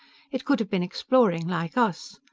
it could have been exploring, like us.